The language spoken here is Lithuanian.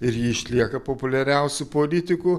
ir ji išlieka populiariausiu politiku